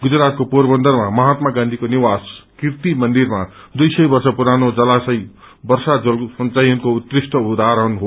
गुजरातको पोरबन्दरमा महात्मा गाँधीको निवास कीर्ति मन्दिरमा दुइ सय वप्र पुरानो जलाशय वर्षा जल संघयनको उत्कृष्ट उदाहरण हो